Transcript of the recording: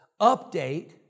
update